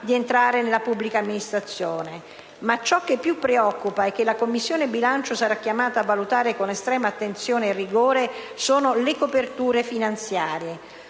Ma ciò che più preoccupa, e che la Commissione bilancio sarà chiamata a valutare con estrema attenzione e rigore, sono le coperture finanziarie.